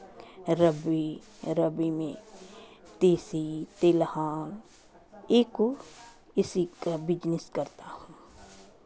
रब्बी रब्बी में तीसी तिलहन इ इसीका बिजनेस करता हूँ